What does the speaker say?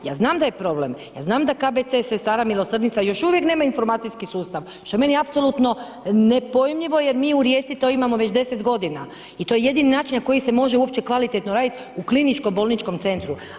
Ja znam da je problem, ja znam da KBC Sestara milosrdnica još uvijek nema informacijski sustav, što je meni apsolutno nepojmljivo, jer mi u Rijeci to imamo već 10 g. I to je jedini način na koji se može uopće kvalitetno raditi, u kliničkom bolničkom centru.